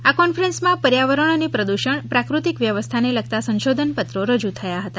આ કોન્ફરન્સમાં પર્યાવરણ અને પ્રદ્દષણ પ્રાફતિક વ્યવસ્થાને લગતા સંશોધનપત્રો રજૂ થયા હતા